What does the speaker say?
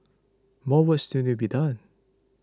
more work still needs be done